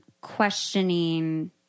questioning